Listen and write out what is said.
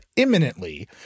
imminently